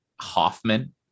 Hoffman